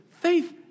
Faith